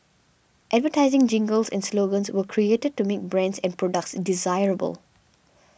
advertising jingles and slogans were created to make brands and products desirable